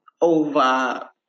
over